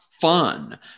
fun